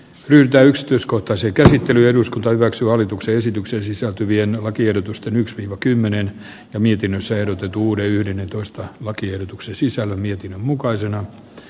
kyllä yksityiskohtaisen käsittely eduskunta hyväksyy hallituksen esitykseen sisältyvien lakiehdotusten yks siellä tulisi tämmöistä luonnollista poistumaa tähän ryhmään sitten